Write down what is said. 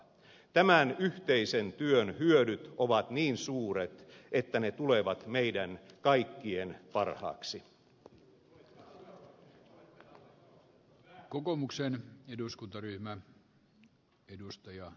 tämän yhteisen työn hyödyt ovat niin suuret että ne tulevat meidän kaikkien parhaaksi